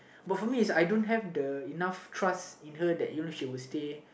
but for me is I don't have the enough trust in her that you know she will stay